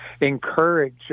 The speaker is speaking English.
encourage